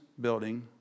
building